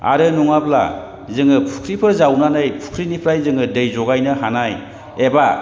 आरो नङाब्ला जों फुख्रिफोर जावनानै फुख्रिनिफ्राय जों दै जगायनो हानाय एबा